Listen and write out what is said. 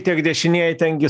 tiek dešinieji ten gi